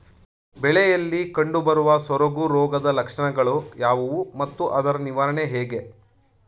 ಬೆಳೆಯಲ್ಲಿ ಕಂಡುಬರುವ ಸೊರಗು ರೋಗದ ಲಕ್ಷಣಗಳು ಯಾವುವು ಮತ್ತು ಅದರ ನಿವಾರಣೆ ಹೇಗೆ?